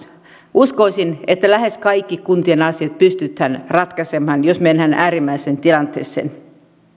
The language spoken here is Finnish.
uskoisin lähes kaikki kuntien asiat pystyttävän ratkaisemaan jos mennään äärimmäiseen tilanteeseen